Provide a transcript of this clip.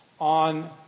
On